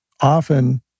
often